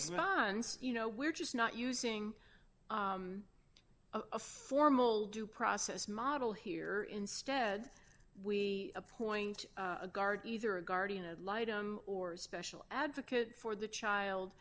response you know we're just not using a formal due process model here instead we appoint a guard either a guardian ad litum or special advocate for the child